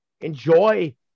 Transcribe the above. Enjoy